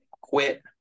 quit